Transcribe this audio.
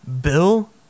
bill